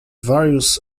various